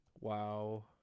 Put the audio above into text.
Wow